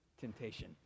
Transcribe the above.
temptation